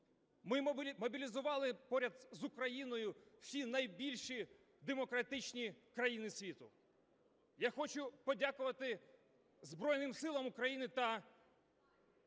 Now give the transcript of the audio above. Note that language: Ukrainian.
Ми мобілізували поряд з Україною всі найбільші демократичні країни світу. Я хочу подякувати Збройним Силам України та